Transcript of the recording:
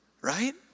right